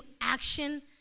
action